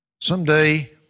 Someday